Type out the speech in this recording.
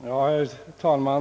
Herr talman!